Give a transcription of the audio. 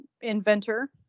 inventor